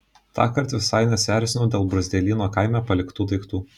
tąkart visai nesierzinau dėl bruzdeilyno kaime paliktų daiktų